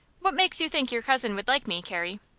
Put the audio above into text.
what makes you think your cousin would like me, carrie?